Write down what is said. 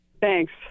Thanks